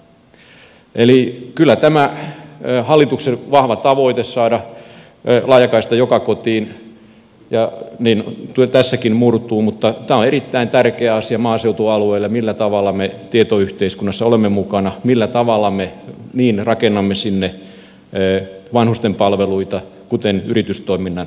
eli kyllä tämä hallituksen vahva tavoite saada laajakaista joka kotiin tässäkin murtuu mutta tämä on erittäin tärkeä asia maaseutualueilla millä tavalla me tietoyhteiskunnassa olemme mukana millä tavalla me rakennamme sinne niin vanhusten palveluita kuin yritystoiminnan palveluita